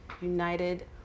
united